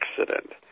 accident